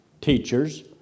teachers